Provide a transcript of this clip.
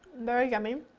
very yummy,